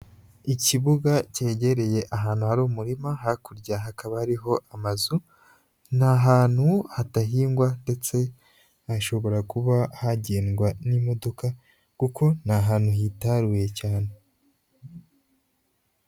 Ikibuga cyegereye ahantu hari umurima, hakurya hakaba hariho amazu, ni ahantu hadahingwa ndetse hashobora kuba hagendwa n'imodoka kuko ni ahantu hitaruye cyane.